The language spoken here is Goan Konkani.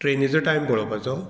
ट्रेनीचो टायम पळोवपाचो